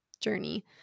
journey